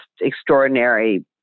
extraordinary